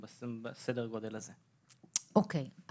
גאיה,